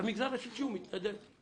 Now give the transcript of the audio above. והמגזר השלישי הוא מתנדב.